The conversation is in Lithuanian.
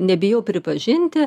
nebijau pripažinti